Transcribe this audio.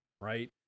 right